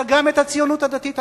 אלא גם את הציונות הדתית.